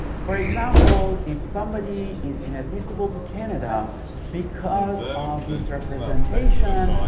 for example, if somebody is inadmissible to canada because of misrepresentation,